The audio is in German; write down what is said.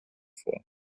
vor